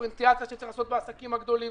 הדיפרנציאציה שיש לעשות בעסקים הגדולים,